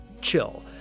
chill